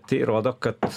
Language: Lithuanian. tai rodo kad